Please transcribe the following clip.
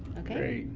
okay.